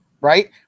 right